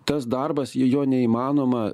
tas darbas jei jo neįmanoma